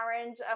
orange